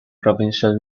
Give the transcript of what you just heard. provincial